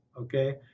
okay